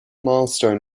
milestone